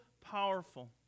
powerful